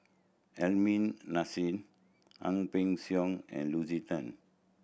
Aliman Hassan Ang Peng Siong and Lucy Tan